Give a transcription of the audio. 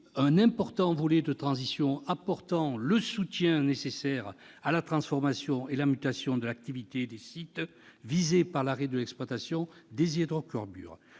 un important volet de transition apportant le soutien nécessaire à la transformation et la mutation de l'activité des sites visés par l'arrêt de l'exploitation des hydrocarbures.